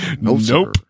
Nope